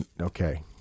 Okay